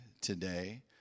today